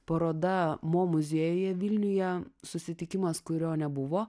paroda mo muziejuje vilniuje susitikimas kurio nebuvo